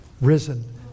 risen